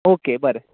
okay बरें